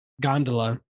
gondola